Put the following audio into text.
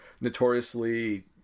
notoriously